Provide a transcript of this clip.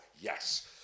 yes